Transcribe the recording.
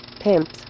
pimps